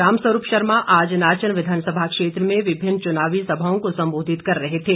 राम स्वरूप शर्मा आज नाचन विधानसभा क्षेत्र में विभिन्न चुनावी सभाओं को संबोधित कर रहे थे